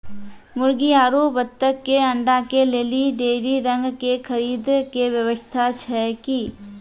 मुर्गी आरु बत्तक के अंडा के लेली डेयरी रंग के खरीद के व्यवस्था छै कि?